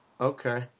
Okay